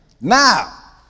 Now